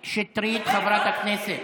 קטי שטרית, חברת הכנסת.